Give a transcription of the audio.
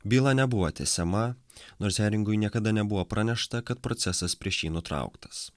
byla nebuvo tęsiama nors heringui niekada nebuvo pranešta kad procesas prieš jį nutrauktas